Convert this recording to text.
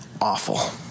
awful